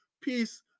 peace